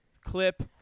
clip